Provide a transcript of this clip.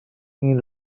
این